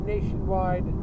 nationwide